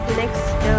next